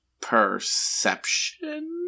perception